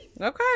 Okay